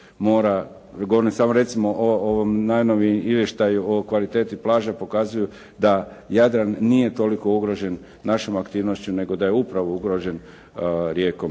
govorim samo recimo o ovom najnovijem izvještaju o kvaliteti plaža pokazuju da Jadran nije toliko ugrožen našom aktivnošću, nego da je upravo ugrožen rijekom